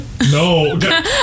no